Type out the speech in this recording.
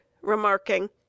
remarking